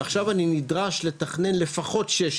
ועכשיו אני נדרש לפחות 16,